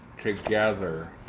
together